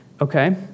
okay